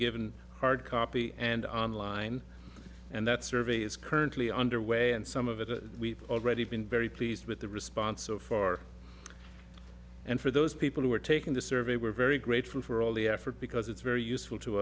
given hard copy and online and that survey is currently underway and some of it we've already been very pleased with the response so far and for those people who are taking the survey we're very grateful for all the effort because it's very useful to